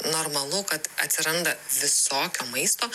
normalu kad atsiranda visokio maisto